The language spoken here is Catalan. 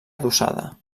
adossada